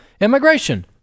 immigration